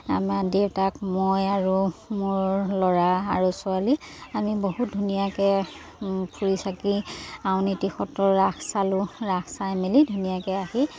আমাৰ দেউতাক মই আৰু মোৰ ল'ৰা আৰু ছোৱালী আমি বহুত ধুনীয়াকৈ ফুৰি চাকি আউনীতি সত্ৰ ৰাস চালোঁ ৰাস চাই মেলি ধুনীয়াকৈ আহি